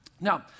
Now